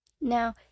Now